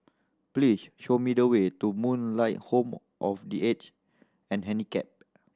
please show me the way to Moonlight Home of The Aged and Handicapped